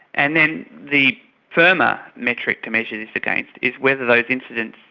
and then the firmer metric to measure this against is whether those incidents,